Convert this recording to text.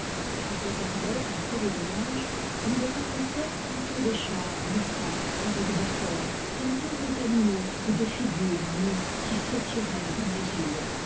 je regardais passer les nuages ils me paraissaient tantôt des chars glissant avec douceur tantôt des animaux ou des figures nues qui s'étiraient dans l'azur